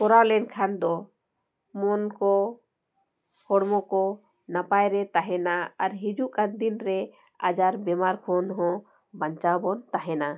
ᱠᱚᱨᱟᱣ ᱞᱮᱱᱠᱷᱟᱱ ᱫᱚ ᱢᱚᱱ ᱠᱚ ᱦᱚᱲᱢᱚ ᱠᱚ ᱱᱟᱯᱟᱭ ᱨᱮ ᱛᱟᱦᱮᱱᱟ ᱟᱨ ᱦᱤᱡᱩᱜ ᱠᱟᱱ ᱫᱤᱱ ᱨᱮ ᱟᱡᱟᱨ ᱵᱮᱢᱟᱨ ᱠᱷᱚᱱ ᱦᱚᱸ ᱵᱟᱧᱪᱟᱣ ᱵᱚᱱ ᱛᱟᱦᱮᱱᱟ